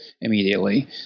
immediately